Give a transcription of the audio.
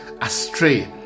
astray